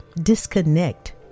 disconnect